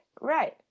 right